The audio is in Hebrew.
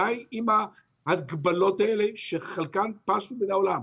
דיי עם ההגבלות האלה שחלקן פשו מן העולם.